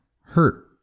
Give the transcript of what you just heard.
hurt